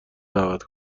دعوت